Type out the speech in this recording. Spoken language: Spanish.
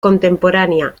contemporánea